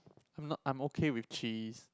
I'm not I'm okay with cheese